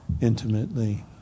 intimately